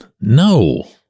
no